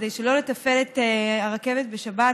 כדי שלא לתפעל את הרכבת בשבת,